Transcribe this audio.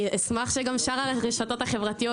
אני אשמח שגם שאר הרשתות החברתיות